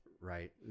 Right